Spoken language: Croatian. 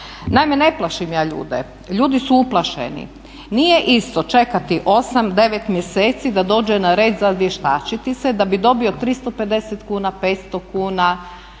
Naime, ne plašim ja ljude, ljudi su uplašeni. Nije isto čekati 8, 9 mjeseci da dođe na red za vještačiti se, da bi dobio 350 kuna, 500 kuna